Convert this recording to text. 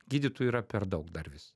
gydytojų yra per daug dar vis